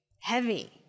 heavy